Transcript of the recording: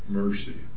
mercy